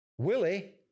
Willie